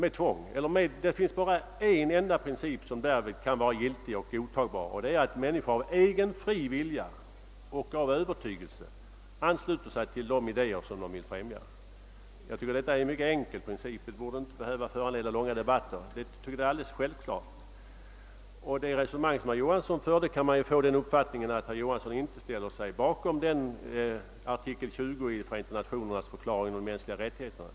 Därvidlag finns det bara en godtagbar princip, och det är att människor av fri vilja och egen övertygelse ansluter sig till den organisation vars syfte de önskar främja. Det tycker jag är en enkel och självklar princip, som inte borde behöva föranleda långa debatter. Av herr Johanssons i Trollhättan resonemang kunde man få den uppfattningen att herr Johansson inte ställer sig bakom artikel 20 i FN:s stadga om de mänskliga rättigheterna.